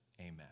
Amen